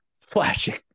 flashing